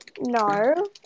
no